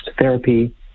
therapy